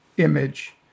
image